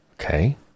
Okay